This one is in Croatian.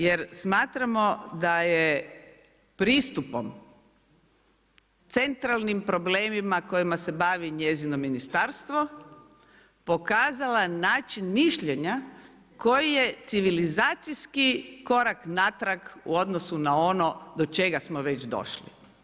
Jer smatramo da je pristupom centralnim problemima kojima se bavi njezino ministarstvo, pokazala način mišljenja, koji je civilizacijski korak natrag u odnosu na onog do čega smo već došli.